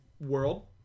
world